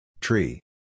Tree